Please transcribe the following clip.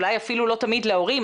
אולי אפילו לא תמיד להורים.